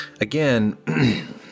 again